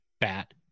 bat